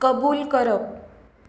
कबूल करप